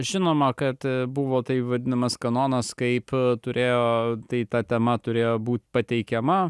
žinoma kad buvo taip vadinamas kanonas kaip turėjo tai ta tema turėjo būt pateikiama